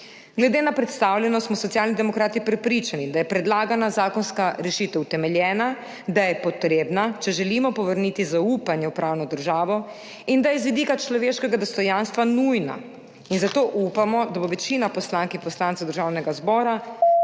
Glede na predstavljeno smo Socialni demokrati prepričani, da je predlagana zakonska rešitev utemeljena, da je potrebna, če želimo povrniti zaupanje v pravno državo, in da je z vidika človeškega dostojanstva nujna, zato upamo, da bo večina poslank in poslancev Državnega zbora